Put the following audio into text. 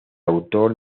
autor